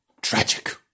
Tragic